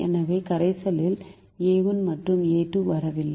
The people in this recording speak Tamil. எனவே கரைசலில் a1 மற்றும் a2 வரவில்லை